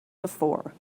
before